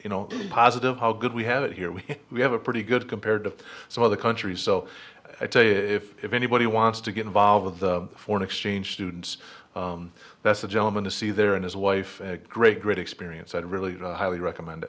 you know positive how good we have it here we we have a pretty good compared to some other countries so i tell you if anybody wants to get involved with the foreign exchange students that's a gentleman to see there and his wife great great experience i'd really highly recommend